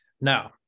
Now